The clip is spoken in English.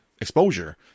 exposure